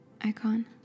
icon